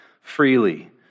freely